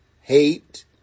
hate